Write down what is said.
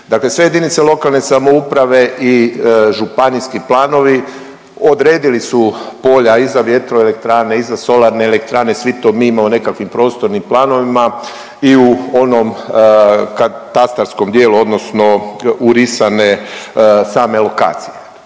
Dakle, sve jedinice lokalne samouprave i županijski planovi odredili su polja i za vjetroelektrane i za solarne elektrane, svi to mi imamo u nekakvim prostornim planovima i u onom katastarskom dijelu odnosno urisane same lokacije.